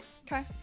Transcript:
Okay